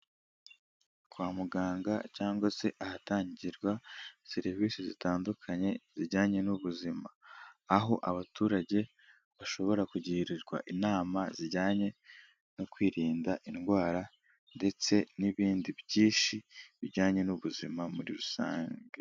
Kwa muganga cyangwa se ahatangirwa serivisi zitandukanye zijyanye n'ubuzima, aho abaturage bashobora kugirirwa inama zijyanye no kwirinda indwara ndetse n'ibindi byinshi bijyanye n'ubuzima muri rusange.